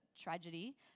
tragedy